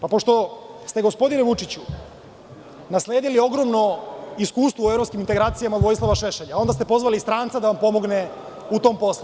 Pošto, ste gospodine Vučiću, nasledili ogromno iskustvo u evropskim integracijama Vojislava Šešelja, a onda ste pozvali stranca da vam pomogne u tom poslu.